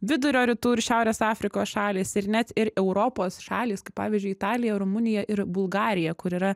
vidurio rytų ir šiaurės afrikos šalys ir net ir europos šalys kaip pavyzdžiui italija rumunija ir bulgarija kur yra